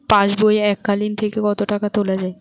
পাশবই এককালীন থেকে কত টাকা তোলা যাবে?